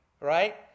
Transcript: right